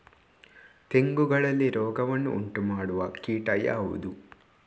ತೆಂಗುಗಳಲ್ಲಿ ರೋಗವನ್ನು ಉಂಟುಮಾಡುವ ಕೀಟ ಯಾವುದು?